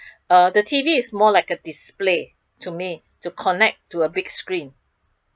uh the T_V is more like a display to me to connect to a big screen